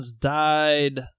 died